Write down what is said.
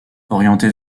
orientés